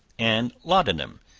and laudanum,